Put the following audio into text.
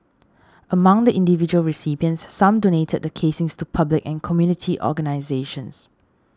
among the individual recipients some donated the casings to public and community organisations